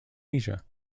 asia